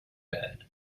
bed